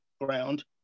ground